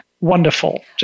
wonderful